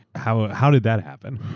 how how did that happen?